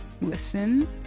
Listen